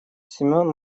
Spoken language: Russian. семён